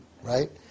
right